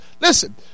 listen